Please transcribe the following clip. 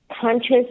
conscious